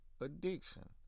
Addiction